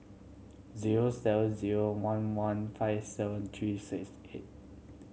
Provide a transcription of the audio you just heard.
zero seven zero one one five seven three six eight